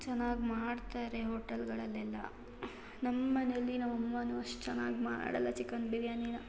ಚೆನ್ನಾಗಿ ಮಾಡ್ತಾರೆ ಹೋಟೆಲ್ಗಳಲ್ಲೆಲ್ಲ ನಮ್ಮ ಮನೆಯಲ್ಲಿ ನಮ್ಮ ಅಮ್ಮನೂ ಅಷ್ಟು ಚೆನ್ನಾಗಿ ಮಾಡಲ್ಲ ಚಿಕನ್ ಬಿರ್ಯಾನಿನ